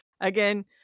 Again